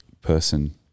person